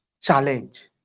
challenge